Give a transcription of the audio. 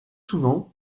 souvent